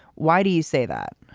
why do you say that?